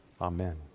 Amen